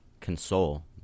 console